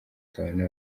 batabona